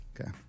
Okay